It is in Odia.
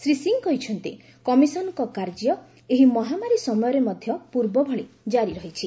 ଶ୍ରୀ ସିଂ କହିଛନ୍ତି କମିଶନଙ୍କ କାର୍ଯ୍ୟ ଏହି ମହାମାରୀ ସମୟରେ ମଧ୍ୟ ପୂର୍ବଭଳି ଜାରି ରହିଛି